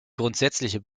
grundsätzliche